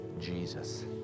Jesus